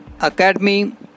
Academy